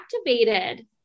activated